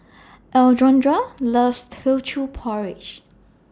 Alondra loves Teochew Porridge